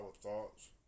thoughts